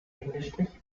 mit